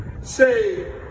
say